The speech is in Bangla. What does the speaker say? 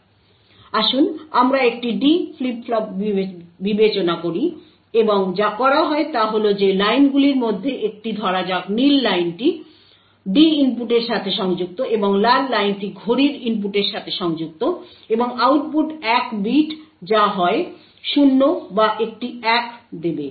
সুতরাং আসুন আমরা একটি D ফ্লিপ ফ্লপ বিবেচনা করি এবং যা করা হয় তা হল যে লাইনগুলির মধ্যে একটি ধরা যাক নীল লাইনটি D ইনপুটের সাথে সংযুক্ত এবং লাল লাইনটি ঘড়ির ইনপুটের সাথে সংযুক্ত এবং আউটপুট এক বিট যা হয় 0 বা একটি 1 দেবে